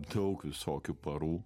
daug visokių parų